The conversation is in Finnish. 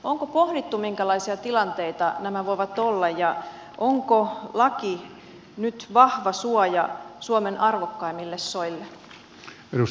onko pohdittu minkälaisia tilanteita nämä voivat olla ja onko laki nyt vahva suoja suomen arvokkaimmille soille